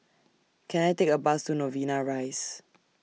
Can I Take A Bus to Novena Rise